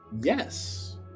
Yes